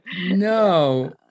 No